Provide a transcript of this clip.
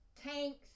tanks